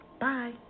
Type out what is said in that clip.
Bye